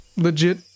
legit